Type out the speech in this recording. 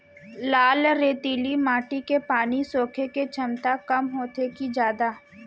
लाल रेतीली माटी के पानी सोखे के क्षमता कम होथे की जादा?